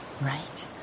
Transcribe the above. Right